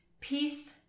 Peace